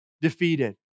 defeated